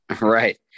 Right